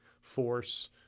force